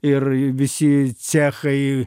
ir visi cechai